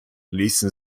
ließen